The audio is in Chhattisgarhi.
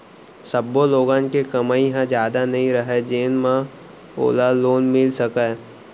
सब्बो लोगन के कमई ह जादा नइ रहय जेन म ओला लोन मिल सकय